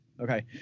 okay